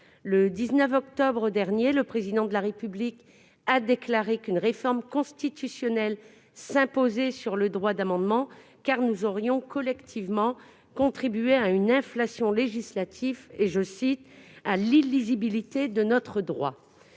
Le 18 octobre dernier, le Président de la République a déclaré qu'une réforme constitutionnelle s'imposait sur le droit d'amendement, car nous aurions « tous collectivement contribué à une inflation législative » et à « l'illisibilité de notre droit ».